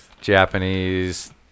Japanese